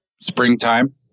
springtime